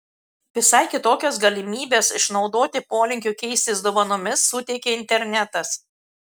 visai kitokias galimybes išnaudoti polinkiui keistis dovanomis suteikia internetas